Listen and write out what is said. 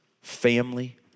family